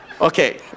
Okay